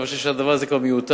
אני חושב שהדבר הזה כבר מיותר,